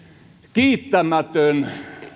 kiittämätön